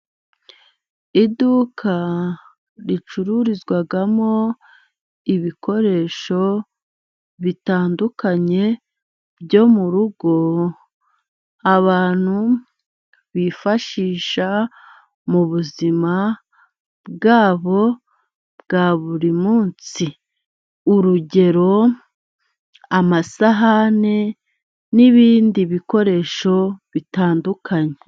Iduka ricururizwamo ibikoresho bitandukanye byo mu rugo abantu bifashisha mu buzima bwabo bwa buri munsi, urugero: amasahane n'ibindi bikoresho bitandukanye.